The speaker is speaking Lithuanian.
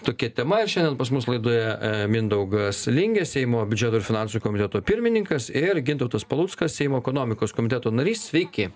tokia tema šiandien pas mus laidoje mindaugas lingė seimo biudžeto ir finansų komiteto pirmininkas ir gintautas paluckas seimo ekonomikos komiteto narys sveiki